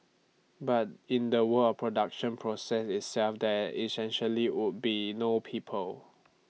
but in the word production process itself there essentially would be no people